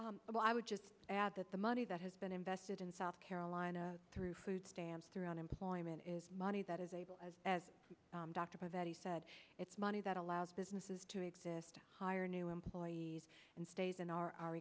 that well i would just add that the money that has been invested in south carolina through food stamps through unemployment is money that is able as as dr betty said it's money that allows businesses to exist hire new employees and stays in our